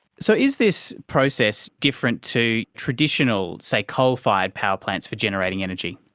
so is this process different to traditional, say, coal-fired power plants for generating energy?